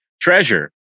treasure